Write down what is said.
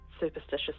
superstitious